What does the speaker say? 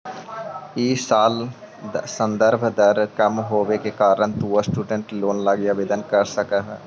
इ साल संदर्भ दर कम होवे के कारण तु स्टूडेंट लोन लगी आवेदन कर सकऽ हे